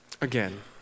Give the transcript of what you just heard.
again